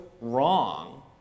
wrong